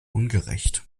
ungerecht